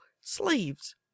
sleeves